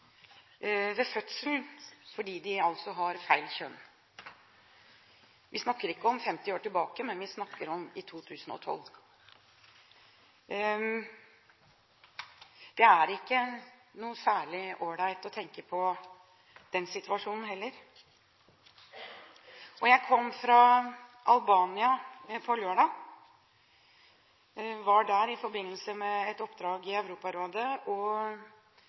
ved fødselen, fordi de har feil kjønn. Vi snakker ikke om 50 år tilbake i tid, men vi snakker om 2012. Det er ikke noe særlig all right å tenke på den situasjonen heller. Jeg kom fra Albania på lørdag. Jeg var der i forbindelse med et oppdrag i Europarådet.